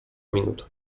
minut